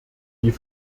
nie